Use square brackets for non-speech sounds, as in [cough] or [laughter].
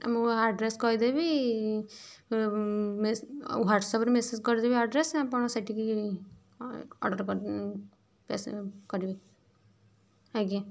ମୁଁ ଆଡ଼୍ରେସ୍ କହିଦେବି ହ୍ୱାଟ୍ସ୍ଅପ୍ରେ ମେସେଜ୍ କରିଦେବି ଆଡ଼୍ରେସ୍ ଆପଣ ସେଠିକି ଅର୍ଡ଼ର୍ [unintelligible] କରିବେ ଆଜ୍ଞା